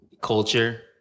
culture